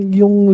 yung